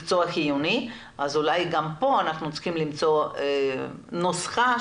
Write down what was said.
אנחנו כן חושבים שיש מקום לשקול להתייחס לאיזשהן הוצאות